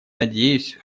надеюсь